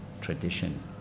tradition